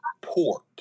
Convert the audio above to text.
port